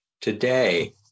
Today